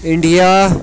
India